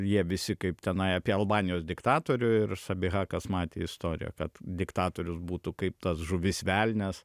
jie visi kaip tenai apie albanijos diktatorių ir sabiha kas matė istoriją kad diktatorius būtų kaip tas žuvis velnias